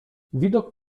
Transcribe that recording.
widok